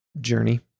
journey